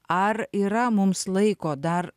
ar yra mums laiko dar